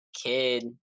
kid